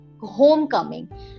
homecoming